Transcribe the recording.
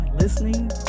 listening